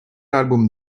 álbum